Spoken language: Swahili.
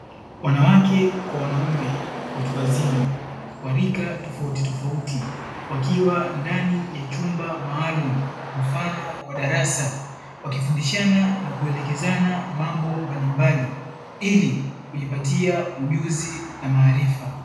Wanawake kwa wanaume watu wazima wa rika tofauti tofauti, wakiwa ndani ya chumba maalumu mfano wa darasa, wakifundishana na kuelekezana mambo mbalimbali ili kujipatia ujuzi na maarifa.